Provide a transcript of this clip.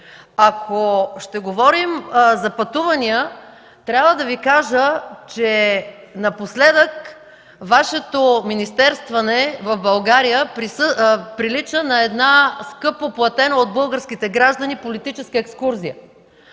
Ако ще говорим за пътувания, трябва да Ви кажа, че напоследък Вашето министерстване в България прилича на една скъпо платена от българските граждани политическа екскурзия.